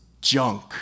junk